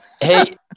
hey